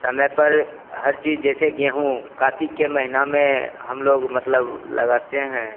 समय पर हर चीज जैसे गेहूँ कार्तिक के महीना में हम लोग मतलब लगाते हैं